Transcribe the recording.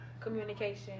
communication